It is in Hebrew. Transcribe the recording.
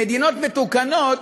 במדינות מתוקנות,